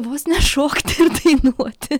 vos ne šokti ir dainuoti